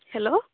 hello